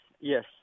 yes